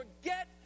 forget